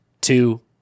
two